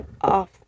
off